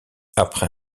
après